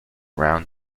round